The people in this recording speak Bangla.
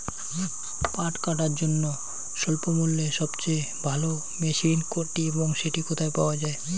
পাট কাটার জন্য স্বল্পমূল্যে সবচেয়ে ভালো মেশিন কোনটি এবং সেটি কোথায় পাওয়া য়ায়?